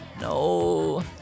No